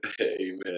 amen